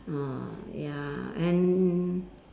ah ya and